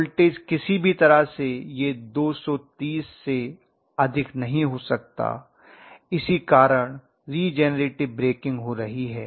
voltage किसी भी तरह से यह 230 से अधिक नहीं हो सकता है इसी कारण रीजेनरेटिव ब्रेकिंग हो रही है